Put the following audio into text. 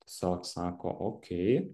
tiesiog sako okei